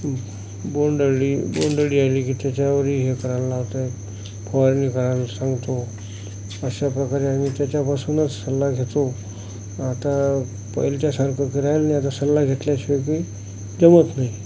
बोंडअळी बोंडअळी आली की त्याच्यावरही हे करायला लागतं फवारणी करायला सांगतो अशाप्रकारे आम्ही त्याच्यापासूनच सल्ला घेतो आता पहिलीच्या सारखं तर राहिलं नाही आता सल्ला घेतल्याशिवाय काही जमत नाही